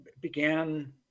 began